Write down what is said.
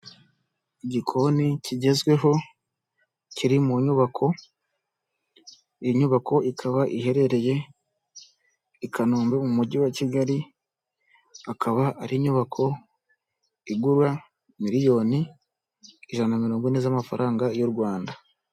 Igikoni kigezweho kiri mu nyubako iyo nyubako, ikaba iherereye i Kanombe mu mujyi wa Kigali, akaba ari inyubako igura miliyoni ijana na mirongo ine z'amafaranga y'u Rwanda.